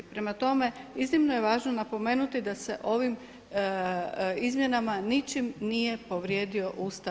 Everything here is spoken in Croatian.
Prema tome, iznimno je važno napomenuti da se ovim izmjenama ničim nije povrijedio Ustav RH.